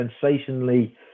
sensationally